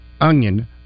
onion